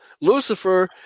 Lucifer